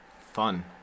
Fun